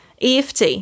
EFT